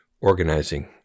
organizing